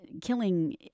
killing